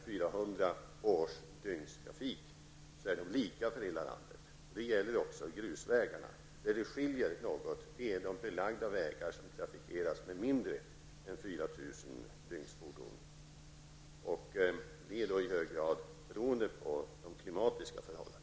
4 000 dygnstrafikfordon är lika för hela landet. Det gäller också grusvägarna. Där det skiljer sig något är det på belagda vägar som trafikeras med mindre än 4 000 dygnsfordon. Det beror i hög grad på klimatiska förhållanden.